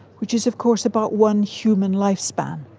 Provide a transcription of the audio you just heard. which is of course about one human lifespan.